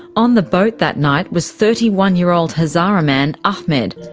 on the boat that night was thirty one year old hazara man ahmed,